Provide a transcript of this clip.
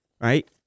right